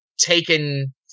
taken